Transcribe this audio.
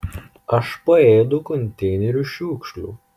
aš paėdu konteinerių šiukšlių